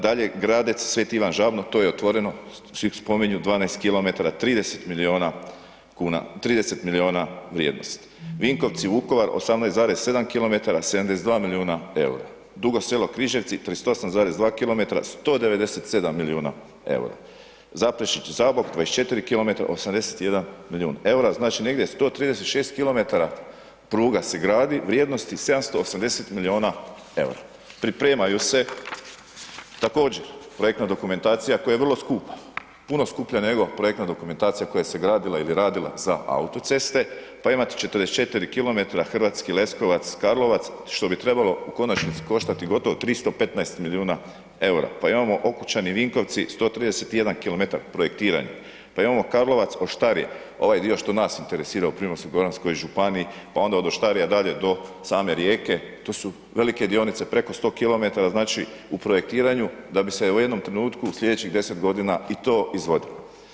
Dalje, Gradec-Sveti Ivan Žabno, to je otvoreno svi spominju 12 km 30 milijuna kuna, 30 milijuna vrijednost, Vinkovci-Vukovar 18,7 km 72 milijuna EUR-a, Dugo Selo-Križevci 38,2 km 197 milijuna EUR-a, Zaprešić-Zabok 24 km 81 milijun EUR-a, znači negdje 136 km pruga se gradi vrijednosti 780 milijuna EUR-a, pripremaju se također projektna dokumentacija koja je vrlo skupa, puno skuplja nego projektna dokumentacija koja se gradila ili radila za autoceste, pa ima 44 km Hrvatski Leskovac-Karlovac, što bi trebalo u konačnici koštati gotovo 315 milijuna EUR-a, pa imamo Okučani-Vinkovci 131 km projektiranje, pa imamo Karlovac-Oštari, ovaj dio što nas interesira u Primorsko-goranskoj županiji, pa onda od Oštarija dalje do same Rijeke, to su velike dionice, preko 100 km, znači u projektiranju da bi se u jednom trenutku slijedećih 10.g. i to izvodilo.